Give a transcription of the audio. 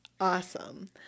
Awesome